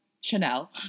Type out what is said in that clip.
Chanel